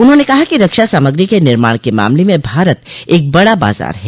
उन्होंने कहा कि रक्षा सामग्री के निर्माण के मामले में भारत एक बड़ा बाजार है